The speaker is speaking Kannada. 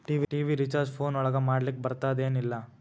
ಟಿ.ವಿ ರಿಚಾರ್ಜ್ ಫೋನ್ ಒಳಗ ಮಾಡ್ಲಿಕ್ ಬರ್ತಾದ ಏನ್ ಇಲ್ಲ?